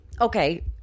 Okay